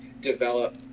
develop